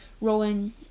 rolling